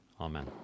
amen